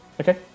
Okay